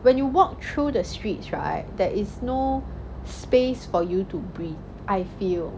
when you walk through the streets right there is no space for you to breathe I feel